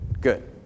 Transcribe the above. good